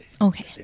Okay